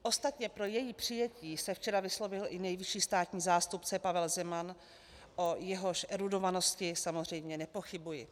Ostatně pro její přijetí se včera vyslovil i nejvyšší státní zástupce Pavel Zeman, o jehož erudovanosti samozřejmě nepochybuji.